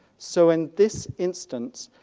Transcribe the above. so in this instance,